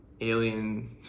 alien